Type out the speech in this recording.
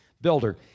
builder